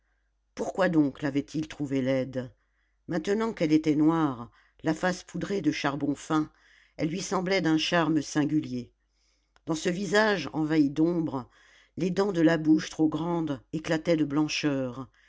pourquoi donc l'avait-il trouvée laide maintenant qu'elle était noire la face poudrée de charbon fin elle lui semblait d'un charme singulier dans ce visage envahi d'ombre les dents de la bouche trop grande éclataient de blancheur